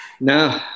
no